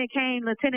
Lieutenant